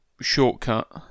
shortcut